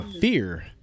fear